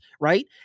Right